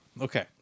okay